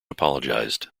apologised